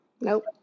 Nope